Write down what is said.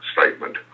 statement